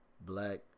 black